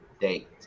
Date